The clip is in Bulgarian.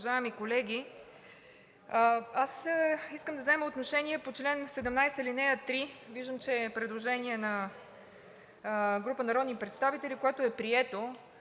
уважаеми колеги! Искам да взема отношение по чл. 17, ал. 3. Виждам, че е предложение на група народни представители, което е прието.